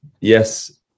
yes